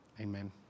amen